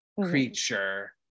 creature